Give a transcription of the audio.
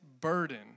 burden